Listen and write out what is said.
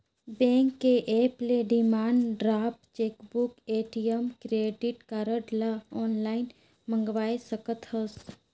bank के app ले demand draft, chequebook, ATM, credit card ल आनलाइन मंगवाये सकथस